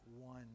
one